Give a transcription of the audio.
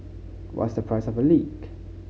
what's the price of a leak